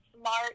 smart